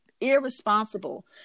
irresponsible